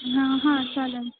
हां हां चालेल